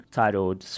titled